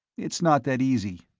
it's not that easy.